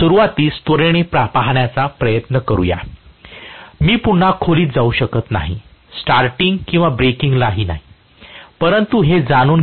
तर सुरूवातीस त्वरेने पाहण्याचा प्रयत्न करू या मी पुन्हा खोलीत जाऊ शकत नाही स्टार्टींग किंवा ब्रेकिंग ला ही